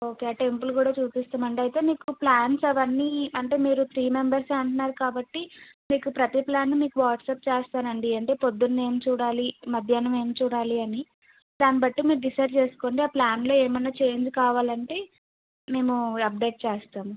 okay ఆ temple కూడా చూపిస్తామండి అయితే మీకు ప్లాన్స్ అవన్నీ అంటే మీరు త్రీ మెంబెర్స్ అంటున్నారు కాబట్టి మీకు ప్రతి ప్లాను మీకు వాట్సాప్ చేస్తానండి అంటే పొద్దున్నే ఏం చూడాలి మధ్యాహ్నం ఏం చూడాలి అని దాన్ని బట్టి మీరు డిసైడ్ చేసుకోండి ఆ ప్లాన్లో ఏమైనా చేంజ్ కావాలంటే మేము అప్డేట్ చేస్తాము